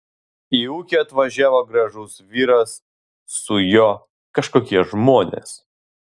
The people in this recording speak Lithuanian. į ūkį atvažiavo gražus vyras su juo kažkokie žmonės